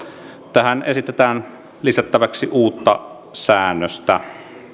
tähän esitetään lisättäväksi uutta säännöstä